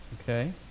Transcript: Okay